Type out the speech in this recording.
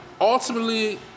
ultimately